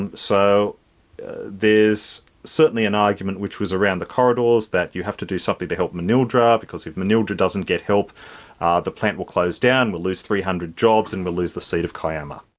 and so there's certainly an argument which was around the corridors that you have to do something to help manildra because if manildra doesn't get help the plant will close down, down, we'll lose three hundred jobs and we'll lose the seat of kiama.